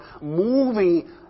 moving